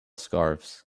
scarves